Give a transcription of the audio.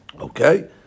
Okay